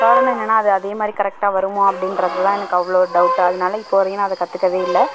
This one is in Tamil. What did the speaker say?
காரணம் என்னனால் அது அதே மாதிரி கரெக்ட்டாக வருமா அப்படின்றதுதான் எனக்கு அவ்வளோ டவுட்டு அதனால இப்போ வரையும் நான் அதை கற்றுக்கவே இல்லை